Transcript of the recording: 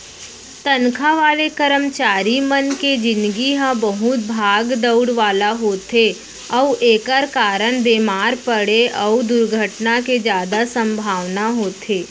तनखा वाले करमचारी मन के निजगी ह बहुत भाग दउड़ वाला होथे अउ एकर कारन बेमार परे अउ दुरघटना के जादा संभावना होथे